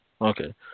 Okay